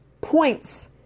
points